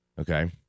okay